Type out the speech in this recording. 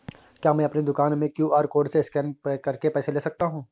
क्या मैं अपनी दुकान में क्यू.आर कोड से स्कैन करके पैसे ले सकता हूँ?